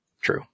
True